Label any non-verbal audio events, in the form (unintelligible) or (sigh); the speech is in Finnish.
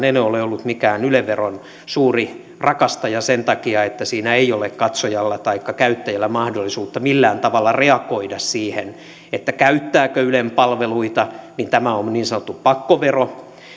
(unintelligible) en ole ollut mikään yle veron suuri rakastaja sen takia että siinä ei ole katsojalla taikka käyttäjällä mahdollisuutta millään tavalla reagoida sen suhteen käyttääkö ylen palveluita mutta minun mielestäni sekin on yksi ihan oleellinen osa että kun yleisradiosta niin sanotusti pakolla maksetaan eli tämä on niin sanottu pakkovero